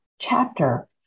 chapter